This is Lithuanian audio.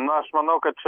na aš manau kad čia